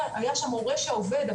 היה שם הורה שעובד,